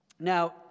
Now